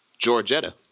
Georgetta